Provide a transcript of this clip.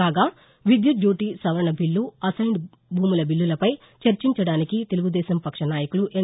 కాగా విద్యుత్ డ్యూటీ సవరణ బిల్లు అసైన్డ్ భూముల బిల్లులపై చర్చించడానికి తెలుగుదేశం పక్ష నాయకులు ఎన్